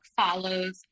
follows